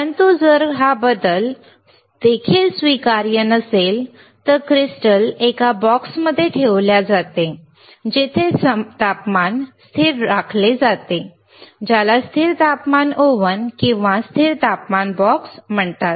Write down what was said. परंतु जर हा जास्त बदल देखील स्वीकार्य नसेल तर क्रिस्टल एका बॉक्समध्ये ठेवले जाते जेथे तापमान स्थिर राखले जाते ज्याला स्थिर तापमान ओव्हन किंवा स्थिर तापमान बॉक्स म्हणतात